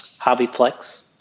Hobbyplex